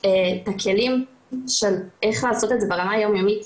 בכלים של איך לעשות את זה ברמה היומיומית,